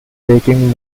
taking